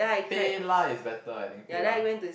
PayLah is better I think PayLah